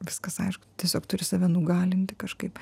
viskas aišku tiesiog turi save nugalinti kažkaip